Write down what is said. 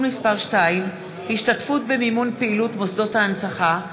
מס' 2) (השתתפות במימון פעילות מוסדות ההנצחה),